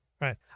right